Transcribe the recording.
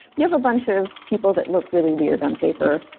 you have a bunch of people that look really weird on paper.